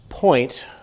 point